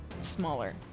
smaller